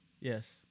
Yes